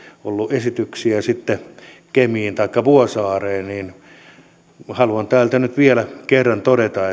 ollut esityksiä kemiin taikka vuosaareen haluan täältä nyt vielä kerran todeta